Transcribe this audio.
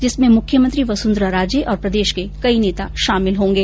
जिसमें मुख्यमंत्री वसुंधरा राजे और प्रदेश के कई नेता शामिल होंगे